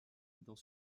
dans